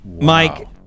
Mike